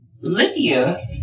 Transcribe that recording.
Lydia